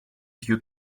due